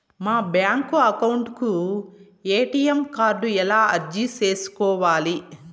మా bank account కు ATM card ఎలా అర్జీ సేసుకోవాలి?